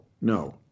no